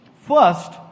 First